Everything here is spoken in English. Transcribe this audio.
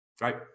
Right